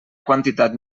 quantitat